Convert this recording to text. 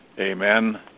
Amen